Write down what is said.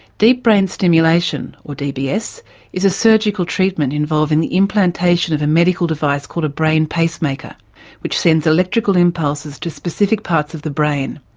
deep brain stimulation, or dbs, is a surgical treatment involving the implantation of a medical device called a brain pacemaker which sends electrical impulses to specific parts of the brain.